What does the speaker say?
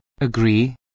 agree